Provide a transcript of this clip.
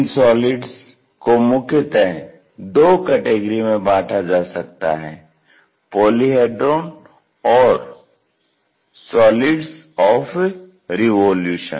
इन solids को मुख्यतः दो कैटेगरी में बांटा जा सकता है 1 पॉलीहेड्रॉन और 2 सोलिड्स ऑफ़ रिवोल्यूशन